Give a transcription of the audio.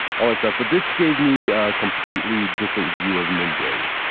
all that stuff, but this gave me a completely different view of ninjas.